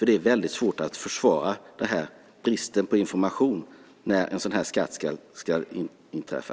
Det är väldigt svårt att försvara bristen på information om när en sådan här skatt ska inträffa.